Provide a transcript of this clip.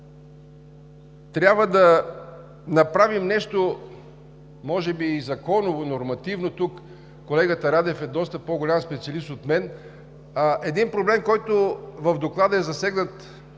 трябва да направим нещо може би и законово, и нормативно – тук колегата Радев е доста по-голям специалист от мен, за един проблем, който в Доклада е засегнат